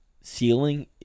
ceiling